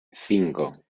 cinco